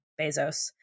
Bezos